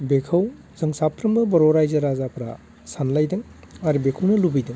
बेखौ जों साफ्रोमबो बर' रायजो राजाफ्रा सानलायदों आरो बेखौनो लुबैदों